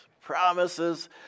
promises